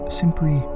simply